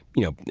you know,